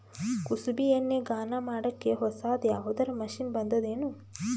ಕುಸುಬಿ ಎಣ್ಣೆ ಗಾಣಾ ಮಾಡಕ್ಕೆ ಹೊಸಾದ ಯಾವುದರ ಮಷಿನ್ ಬಂದದೆನು?